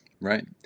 Right